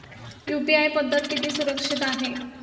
UPI पद्धत किती सुरक्षित आहे?